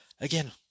Again